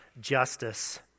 justice